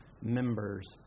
members